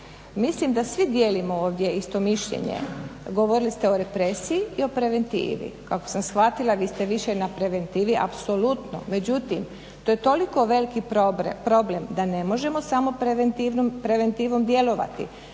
Mislim da svi dijelimo ovdje isto mišljenje. Govorili ste o represiji i o preventivi, kako sam shvatila vi ste više na preventivi apsolutno, međutim to je toliko veliki problem da ne možemo samo preventivom djelovati.